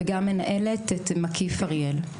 וגם מנהלת את מקיף אריאל.